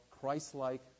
Christ-like